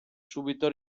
subito